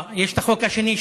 יש את החוק השני,